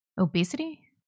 obesity